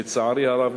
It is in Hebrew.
לצערי הרב,